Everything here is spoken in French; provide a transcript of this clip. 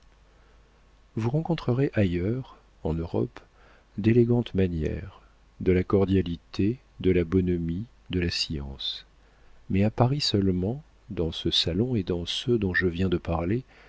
vous rencontrerez ailleurs en europe d'élégantes manières de la cordialité de la bonhomie de la science mais à paris seulement dans ce salon et dans ceux dont je viens de parler